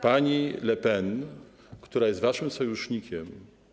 Pani Le Pen, która jest waszym sojusznikiem.